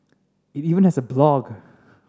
it even has a blog